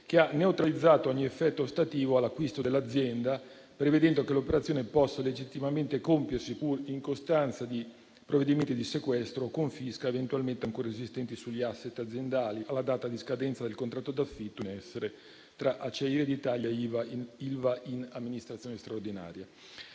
che ha neutralizzato ogni effetto ostativo all'acquisto dell'azienda, prevedendo che l'operazione possa legittimamente compiersi, pur in costanza di provvedimenti di sequestro e confisca eventualmente ancora esistenti sugli *asset* aziendali alla data di scadenza del contratto d'affitto in essere tra Acciaierie d'Italia e ILVA in amministrazione straordinaria.